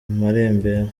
marembera